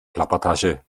plappertasche